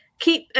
keep